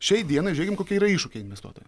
šiai dienai žiūrėkim kokie yra iššūkiai investuotojo